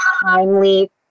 timely